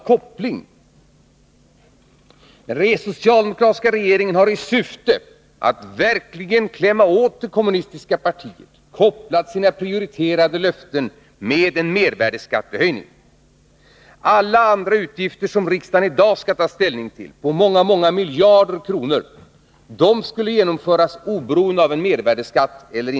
Den socialdemokratiska regeringen har i syfte att verkligen klämma åt det kommunistiska partiet kopplat sina prioriterade löften till en höjning av mervärdeskatten. Alla andra utgifter, på många många miljarder kronor, som riksdagen i dag skall ta ställning till skulle däremot genomföras oberoende av mervärdeskattens storlek.